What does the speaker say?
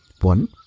One